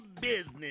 business